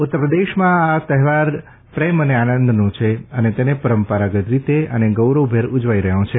ઉત્તરપ્રદેશમાં આ તહેવાર પ્રેમ અને આનંદનો છે અને તેને પરંપરાગત રીતે અને ગૌરવભેર ઉજવાઇ રહ્યો છે